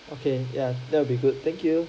okay ya that will be good thank you